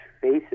faces